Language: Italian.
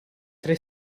tre